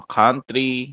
country